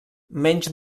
menys